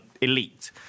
elite